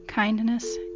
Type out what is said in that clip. Kindness